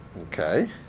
Okay